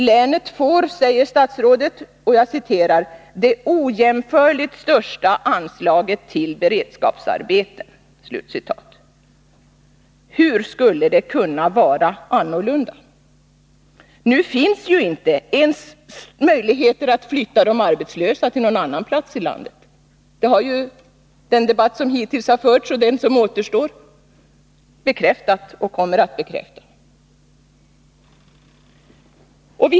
Länet får, säger statsrådet, ”det ojämförligt största anslaget till beredskapsarbeten”. Hur skulle det kunna vara annorlunda? Nu finns ju inte ens möjlighet att flytta de arbetslösa till någon annan plats i landet. Det har den debatt som hittills förts bekräftat, och det kommer den debatt som återstår att bekräfta.